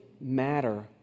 matter